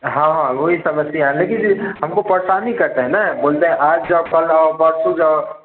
हाँ हाँ वही समस्या है लेकिन हमको परेशान करते हैं ना बोलते हैं आज जाओ कल आओ परसों जाओ